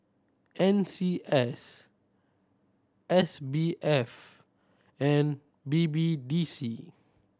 N C S S B F and B B D C